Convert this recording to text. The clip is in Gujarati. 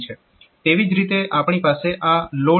તેવી જ રીતે આપણી પાસે આ LODSW ઇન્સ્ટ્રક્શન છે